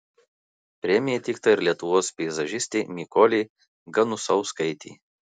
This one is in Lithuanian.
premija įteikta ir lietuvos peizažistei mykolei ganusauskaitei